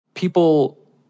People